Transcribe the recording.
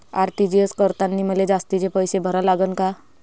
RTGS करतांनी मले जास्तीचे पैसे भरा लागन का?